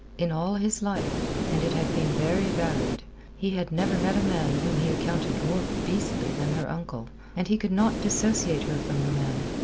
in all his life and it had been very varied he had never met a man whom he accounted more beastly than her uncle, and he could not dissociate her from the man.